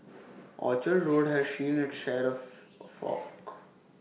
Orchard road has seen it's share of fork